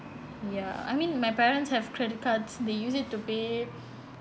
ya I mean my parents have credit cards they use it to pay